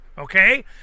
okay